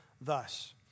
thus